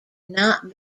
not